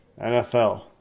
NFL